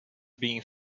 been